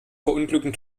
verunglücken